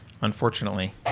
Unfortunately